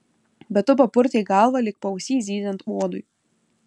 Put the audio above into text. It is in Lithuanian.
bet tu papurtei galvą lyg paausy zyziant uodui